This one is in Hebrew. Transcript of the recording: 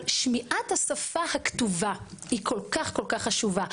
אבל שמיעת השפה הכתובה היא כל כך חשובה.